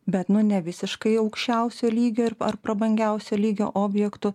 bet nu nevisiškai aukščiausio lygio ir ar prabangiausio lygio objektų